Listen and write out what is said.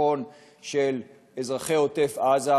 בביטחון של אזרחי עוטף-עזה,